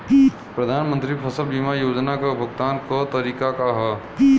प्रधानमंत्री फसल बीमा योजना क भुगतान क तरीकाका ह?